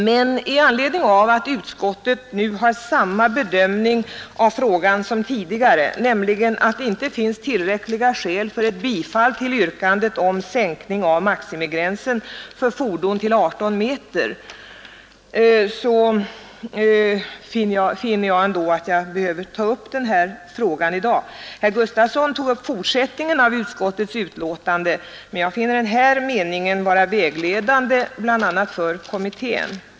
Men med anledning av att utskottet nu bedömer frågan på samma sätt som tidigare, nämligen att det inte finns tillräckliga skäl för ett bifall till yrkandet om sänkning av maximilängden på fordon till 18 m, finner jag att jag behöver ta up den här frågan i dag. Herr Gustafson i Göteborg tog upp fortsättningen av utskottsbetänkandet, men jag finner denna mening vara vägledande för bl.a. kommittén.